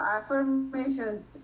affirmations